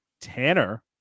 Tanner